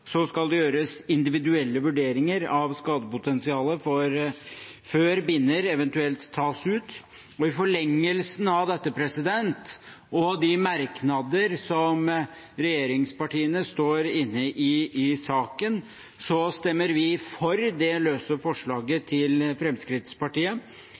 skal det gjøres individuelle vurderinger av skadepotensialet før binner eventuelt tas ut. I forlengelsen av dette og de merknader som regjeringspartiene står inne i i saken, stemmer vi for det løse